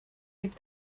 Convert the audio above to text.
give